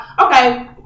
okay